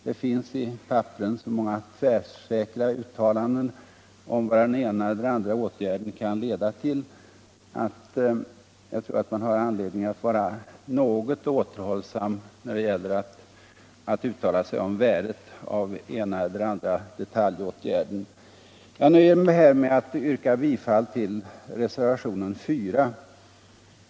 Det finns i papperen så många tvärsäkra uttalanden om vad den ena och den andra åtgärden kan leda till, att jag tror att man har anledning att vara något återhållsam när det gäller att nu uttala sig om värdet av den ena eller den andra detaljåtgärden. Här nöjer jag mig med att yrka bifall till reservationen 4.